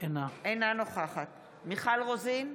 אינה נוכחת מיכל רוזין,